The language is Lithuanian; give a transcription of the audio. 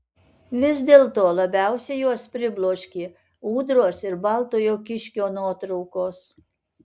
vis dėlto labiausiai juos pribloškė ūdros ir baltojo kiškio nuotraukos